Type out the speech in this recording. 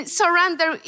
surrender